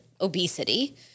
obesity